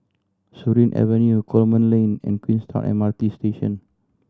Surin Avenue Coleman Lane and Queenstown M R T Station